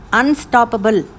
unstoppable